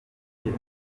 kumva